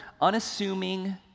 unassuming